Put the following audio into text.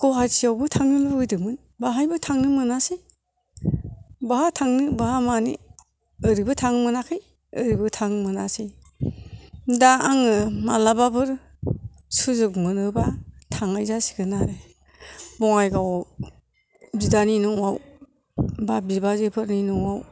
गुवाहाटियावबो थांनो लुबैदोंमोन बाहायबो थांनो मोनासै बाहा थांनो बाहा मानो ओरैबो थांनो मोनाखै ओरैबो थांनो मोनासै दा आङो मालाबाफोर सुजुग मोनोबा थांनाय जासिगोन आरो बङाइगावआव बिदानि न'आव बा बिबाजैफोरनि न'आव